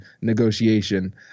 negotiation